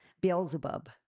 Beelzebub